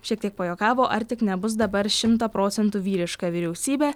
šiek tiek pajuokavo ar tik nebus dabar šimtą procentų vyriška vyriausybė